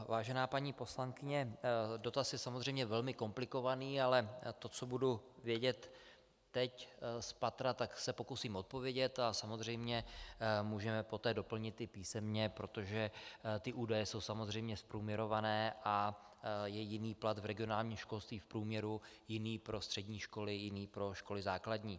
Vážená paní poslankyně, dotaz je samozřejmě velmi komplikovaný, ale na to, co budu vědět teď spatra, se pokusím odpovědět a samozřejmě můžeme poté doplnit i písemně, protože údaje jsou zprůměrované a je jiný plat v regionálním školství v průměru, jiný pro střední školy, jiný pro školy základní.